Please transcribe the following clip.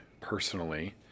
personally